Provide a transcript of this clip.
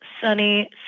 sunny